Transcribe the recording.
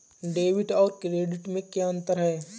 Debit और credit में क्या अंतर है?